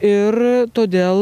ir todėl